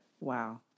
Wow